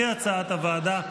כהצעת הוועדה,